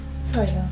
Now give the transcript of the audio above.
Sorry